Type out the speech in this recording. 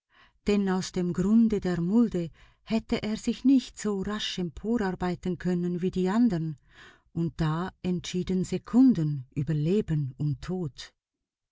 denn aus dem grunde der mulde hätte er sich nicht so rasch emporarbeiten können wie die andern und da entschieden sekunden über leben und tod